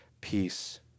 peace